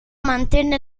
mantenne